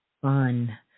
fun